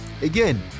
Again